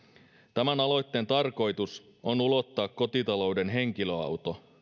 tämän aloitteen tarkoitus on ulottaa kotitalouden henkilöauto